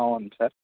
అవును సార్